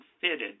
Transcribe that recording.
fitted